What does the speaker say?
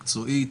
מקצועית,